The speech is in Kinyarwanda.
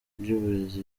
ry’uburezi